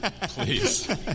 Please